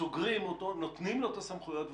סוגרים אותו, נותנים לו את הסמכויות.